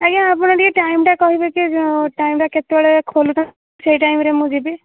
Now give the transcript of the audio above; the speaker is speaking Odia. ଆଜ୍ଞା ଆପଣ ଟିକେ ଟାଇମଟା କହିବେ କି ଯେଉଁ ଟାଇମଟା କେତେବେଳେ ଖୋଲୁଛନ୍ତି ସେଇ ଟାଇମରେ ମୁଁ ଯିବି